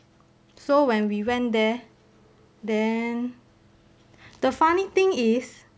so when we went there then the funny thing is